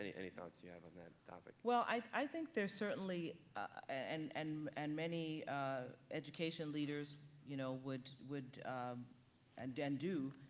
any any thoughts you have on that topic. well, i think they're certainly and and and many education leaders, you know, would would and and do